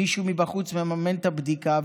מישהו מבחוץ מממן את הבדיקה,